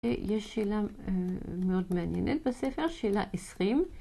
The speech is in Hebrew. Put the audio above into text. יש שאלה מאוד מעניינת בספר, שאלה עשרים.